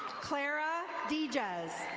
clara deijas.